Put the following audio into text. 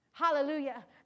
Hallelujah